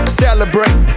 celebrate